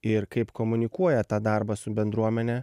ir kaip komunikuoja tą darbą su bendruomene